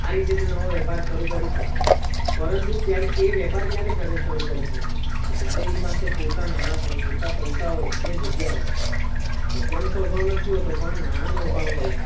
આ રીતે તે નવો વેપાર શરૂ કરી શકે પરંતુ ત્યારે એ વેપાર ક્યારે કરે શરૂ કરી શકે કે જ્યારે એની પાસે પૂરતા નાણાં હોય પૂરતા પૈસા હોય અને જગ્યા હોય જગ્યાનો તો અભાવ નથી હોતો પણ નાણાંનો અભાવ હોય છે